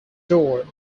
door